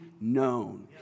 known